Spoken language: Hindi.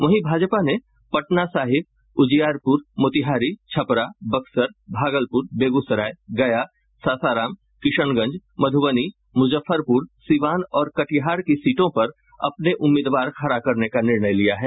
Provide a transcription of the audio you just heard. वहीं भाजपा ने पटना साहिब उजियारपुर मोतीहारी छपरा बक्सर भागलपुर बेगूसराय गया सासाराम किशनगंज मधुबनी मुजफ्फरपुर सीवान और कटिहार की सीटों पर अपने उम्मीदवार खड़ा करने का निर्णय लिया है